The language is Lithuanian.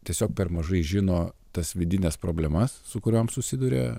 tiesiog per mažai žino tas vidines problemas su kuriom susiduria